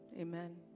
amen